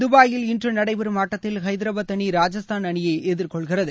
தபாயில் இன்று நடைபெறும் ஆட்டத்தில் ஐதராபாத் அணி ராஜஸ்தான் அணியை எதிர்கொள்கிறது